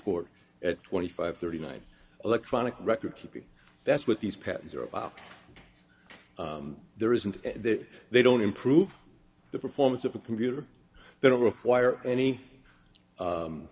court at twenty five thirty nine electronic record keeping that's what these patents are about there isn't there they don't improve the performance of a computer they don't require any